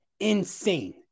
insane